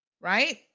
Right